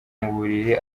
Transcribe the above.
mubiri